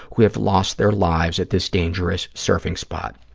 who have lost their lives at this dangerous surfing spot.